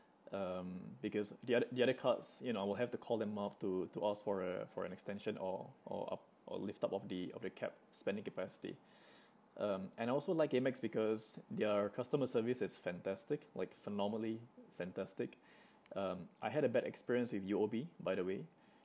um because the other the other cards you know I will have to call them up to to ask for a for an extension or or up or lift up of the of the cap spending capacity um and I also like AMEX because their customer service is fantastic like phenomenally fantastic um I had a bad experience with U_O_B by the way